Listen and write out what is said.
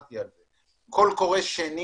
קול קורא שני